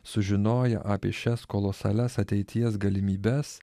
sužinoję apie šias kolosalias ateities galimybes